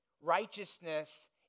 Righteousness